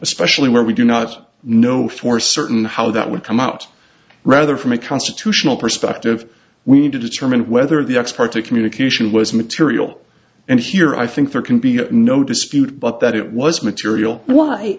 especially when we do not know for certain how that would come out rather from a constitutional perspective we need to determine whether the ex parte communication was material and here i think there can be no dispute but that it was material why